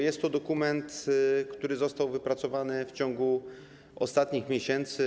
Jest to dokument, który został wypracowany w ciągu ostatnich miesięcy.